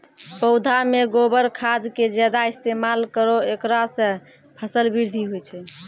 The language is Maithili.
पौधा मे गोबर खाद के ज्यादा इस्तेमाल करौ ऐकरा से फसल बृद्धि होय छै?